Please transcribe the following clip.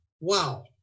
wow